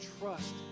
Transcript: trust